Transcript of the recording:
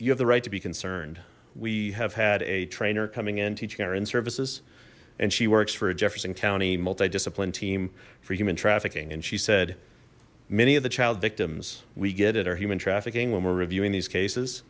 you have the right to be concerned we have had a trainer coming in teaching our end services and she works for a jefferson county multi discipline team for human trafficking and she said many of the child victims we get at our human trafficking when we're reviewing these cases